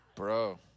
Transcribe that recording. Bro